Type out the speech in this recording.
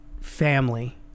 family